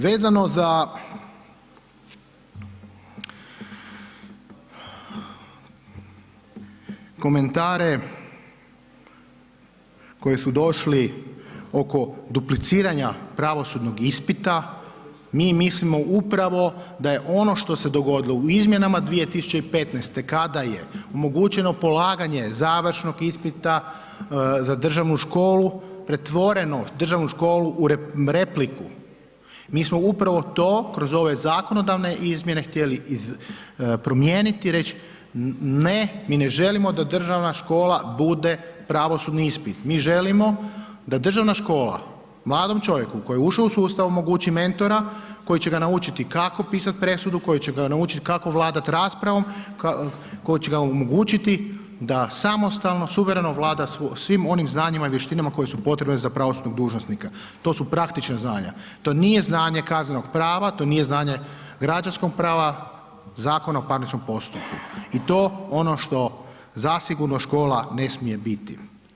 Vezano za komentare koji su došli oko dupliciranja pravosudnog ispita, mi mislimo upravo da je ono što se dogodilo u izmjenama 2015. kada je omogućeno polaganje završnog ispita za državnu školu, pretvoreno državnu školu u repliku, mi smo upravo to kroz ove zakonodavne izmjene htjeli promijeniti i reć, ne mi ne želimo da državna škola bude pravosudni ispit, mi želimo da državna škola mladom čovjeku koji je ušao u sustav, omogući mentora koji će ga naučiti kako pisat presudu, koji će ga naučit kako vladat raspravom, koji će ga omogućiti da samostalno, suvereno vlada svim onim znanjima i vještinama koji su potrebni za pravosudnog dužnosnika, to su praktična znanja, to nije znanje kaznenog prava, to nije znanje građanskog prava, Zakona o parničnom postupku i to ono što zasigurno škola ne smije biti.